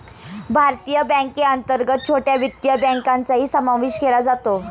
भारतीय बँकेअंतर्गत छोट्या वित्तीय बँकांचाही समावेश केला जातो